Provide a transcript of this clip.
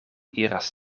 iras